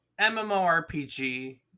MMORPG